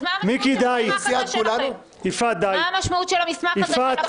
אז מה המשמעות של המסמך הזה שלכם?